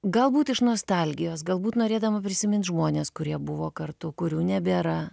galbūt iš nostalgijos galbūt norėdama prisimint žmones kurie buvo kartu kurių nebėra